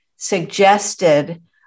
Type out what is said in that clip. suggested